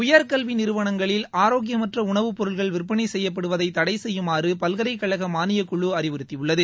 உயர்கல்வி நிறுவனங்களில் ஆரோக்கியமற்ற உணவுப்பொருட்கள் விற்பனை செய்யப்படுவதை தடை செய்யுமாறு பல்கலைக்கழக மானியக்குழு அறிவுறுத்தியுள்ளது